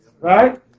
Right